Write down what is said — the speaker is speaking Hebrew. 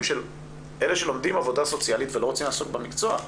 של אלה שלומדים עבודה סוציאלית ולא רוצים לעסוק במקצוע.